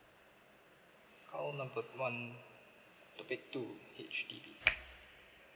call number one topic two H_D_B